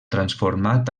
transformat